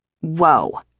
Whoa